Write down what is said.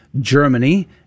Germany